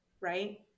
right